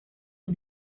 las